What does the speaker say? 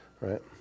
right